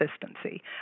consistency